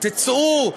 תצאו,